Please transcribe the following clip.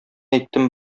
әйттем